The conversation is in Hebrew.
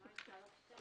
הישיבה ננעלה בשעה